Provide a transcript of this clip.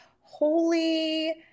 holy